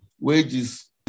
wages